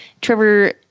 Trevor